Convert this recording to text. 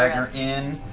dagger in.